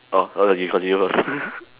orh err you continue first